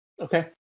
Okay